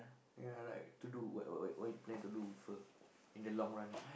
ya like to do what what what you plan to do with her in the long run